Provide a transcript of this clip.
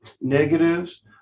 negatives